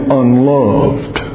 unloved